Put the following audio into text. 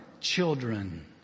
children